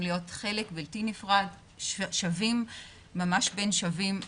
להיות חלק בלתי נפרד וממש שווים בין שווים במערכת.